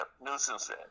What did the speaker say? nuisance